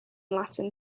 latin